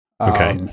Okay